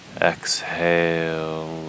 Exhale